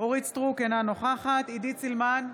אורית מלכה סטרוק, אינה נוכחת עידית סילמן,